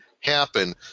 happen